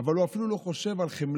אבל הוא אפילו לא חושב על חמלה,